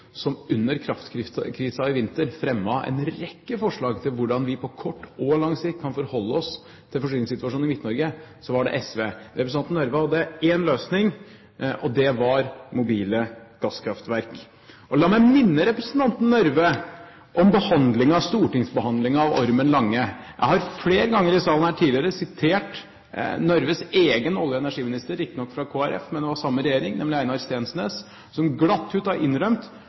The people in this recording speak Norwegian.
som under kraftkrisen i vinter fremmet en rekke forslag til hvordan vi på både kort og lang sikt kan forholde oss til forsyningssituasjonen i Midt-Norge, så var det SV. Representanten Røbekk Nørve hadde én løsning, og det var mobile gasskraftverk. La meg minne representanten Røbekk Nørve om stortingsbehandlingen av Ormen Lange. Jeg har flere ganger tidligere her i salen sitert Røbekk Nørves egen olje- og energiminister – riktignok fra Kristelig Folkeparti, men det var samme regjering – nemlig Einar Steensnæs, som glatt har